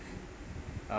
uh